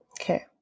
Okay